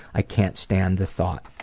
i can't stand the thought.